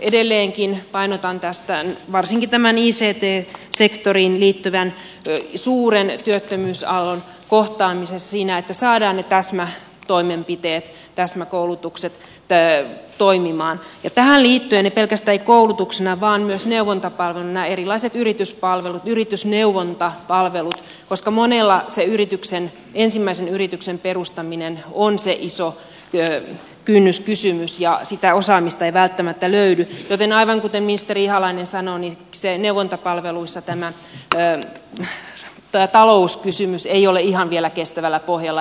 edelleenkin painotan varsinkin tämän ict sektoriin liittyvän suuren työttömyysaallon kohtaamisessa sitä että saadaan ne täsmätoimenpiteet täsmäkoulutukset toimimaan tähän liittyen ei pelkästään koulutuksena vaan myös neuvontapalveluina erilaiset yrityspalvelut yritysneuvontapalvelut koska monella se ensimmäisen yrityksen perustaminen on se iso kynnyskysymys ja sitä osaamista ei välttämättä löydy joten aivan kuten ministeri ihalainen sanoi niin neuvontapalveluissa tämä talouskysymys ei ole ihan vielä kestävällä pohjalla